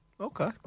Okay